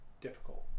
difficult